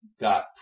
got